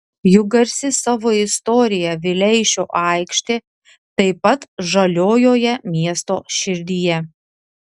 juk garsi savo istorija vileišio aikštė taip pat žaliojoje miesto širdyje